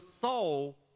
soul